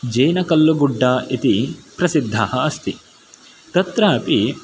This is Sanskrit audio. जेनकल्लुगुड्ड इति प्रसिद्धः अस्ति तत्रापि